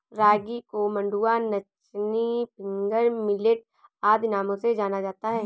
रागी को मंडुआ नाचनी फिंगर मिलेट आदि नामों से जाना जाता है